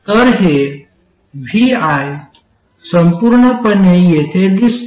तर हे vi संपूर्णपणे येथे दिसते